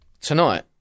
Tonight